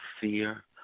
fear